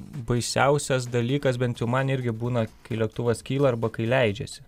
baisiausias dalykas bent jau man irgi būna kai lėktuvas kyla arba kai leidžiasi